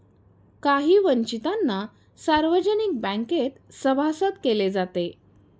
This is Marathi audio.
काही वंचितांना सार्वजनिक बँकेत सभासद केले जाते